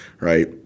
right